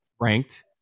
ranked